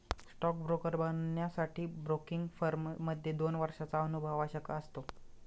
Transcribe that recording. stock broker बनण्यासाठी broking firm मध्ये दोन वर्षांचा अनुभव आवश्यक असतो